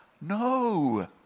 no